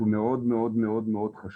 הוא מאוד מאוד חשוב.